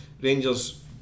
Rangers